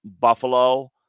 Buffalo